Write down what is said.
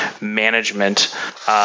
management